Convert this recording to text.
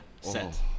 Set